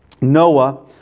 Noah